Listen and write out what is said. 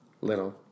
little